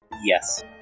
Yes